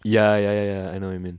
ya ya ya ya I know what you mean